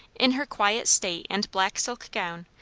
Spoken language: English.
in her quiet state and black-silk gown,